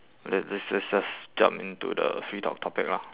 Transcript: let let's let's just jump into the free talk topic lah